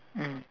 mm